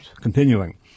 Continuing